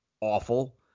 awful